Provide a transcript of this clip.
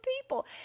people